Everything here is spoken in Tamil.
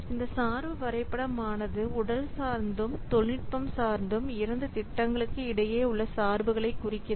இந்த சார்பு வரைபடம் ஆனது உடல் சார்ந்தும் தொழில்நுட்பம் சார்ந்தும் இரண்டு திட்டங்களுக்கு இடையே உள்ள சார்புகளை குறிக்கிறது